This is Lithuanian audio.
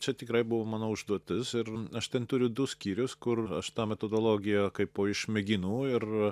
čia tikrai buvo mano užduotis ir aš ten turiu du skyrius kur aš tą metodologiją kaipo išmėginu ir